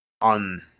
on